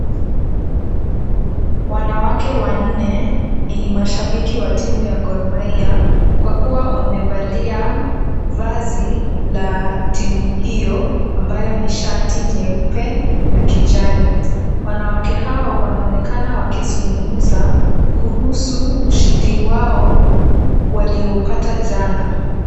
Wanawake wanne ni mashabiki wa timu ya Gor Mahia kwa kuwa wamevalia vazi la timu hiyo ambayo ni shati nyeupe na kijani. Wanawake hawa wanaonekana wakizungumza kuhusu ushindi wao walioupata jana.